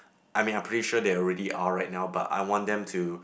I mean I pretty sure they already are right now but I want them to